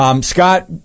Scott